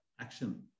action